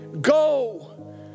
go